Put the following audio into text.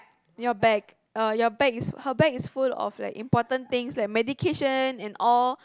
your bag uh your bag is her bag is full of important things like medication and all